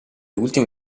ultime